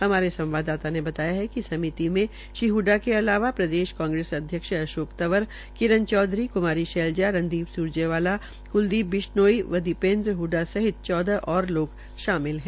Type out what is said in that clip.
हमारे संवाददाता ने बताया कि समिति में श्री हडडा के अलावा प्रदेश कांग्रेस अध्यक्ष अशोक तंवर किरण चौधरी कमारी शैलजा रणदीप स्रजेवाला कलदीप बिश्नोई व दीपेन्द्र हडडा सहित चौदह और लोग शामिल है